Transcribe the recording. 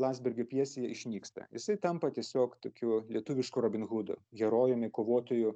landsbergio pjesėj išnyksta jisai tampa tiesiog tokiu lietuvišku robin hudu herojumi kovotoju